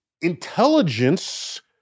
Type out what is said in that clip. intelligence